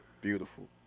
Beautiful